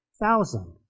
thousand